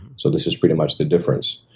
so this is pretty much the difference.